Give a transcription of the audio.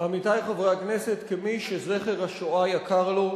עמיתי חברי הכנסת, כמי שזכר השואה יקר לו,